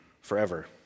forever